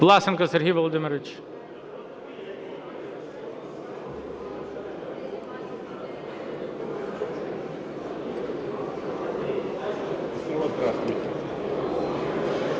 Власенко Сергій Володимирович.